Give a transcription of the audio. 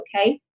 okay